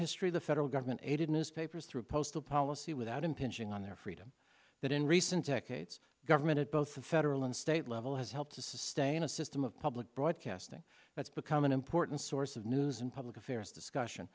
history the federal government aided newspapers through postal policy without impinging on their freedom that in recent decades government at both the federal and state level has helped to sustain a system of public broadcasting that's become an important source of news and public affairs discussion